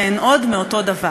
שהן עוד מאותו דבר: